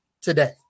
today